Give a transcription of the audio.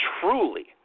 truly